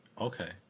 Okay